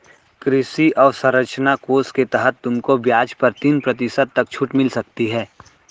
कृषि अवसरंचना कोष के तहत तुमको ब्याज पर तीन प्रतिशत तक छूट मिल सकती है